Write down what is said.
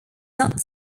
not